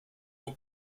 for